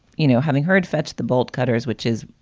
you know, having heard fetch the bolt cutters, which is